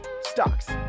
stocks